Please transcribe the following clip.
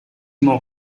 more